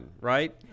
right